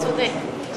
צודק.